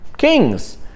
Kings